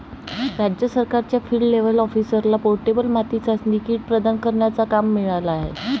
राज्य सरकारच्या field level ऑफिसरला पोर्टेबल माती चाचणी किट प्रदान करण्याचा काम मिळाला आहे